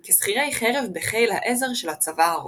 כשכירי חרב בחיל העזר של הצבא הרומי.